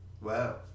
Wow